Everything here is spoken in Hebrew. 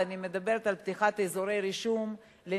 ואני מדברת על פתיחת אזורי רישום לנישואים,